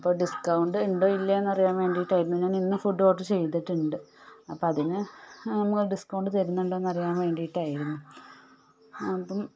അപ്പം ഡിസ്കൗണ്ട് ഉണ്ടോ ഇല്ലയോ എന്നറിയാൻ വേണ്ടിയിട്ടായിരുന്നു ഞാൻ ഇന്ന് ഫുഡ് ഓഡർ ചെയ്തിട്ടുണ്ട് അപ്പം അതിനു നമ്മ ഡിസ്കൗണ്ട് തരുന്നുണ്ടോ എന്നറിയാൻ വേണ്ടിയിട്ടായിരുന്നു അപ്പം